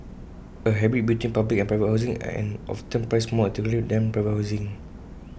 A hybrid between public and private housing and often priced more attractively than private housing